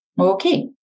Okay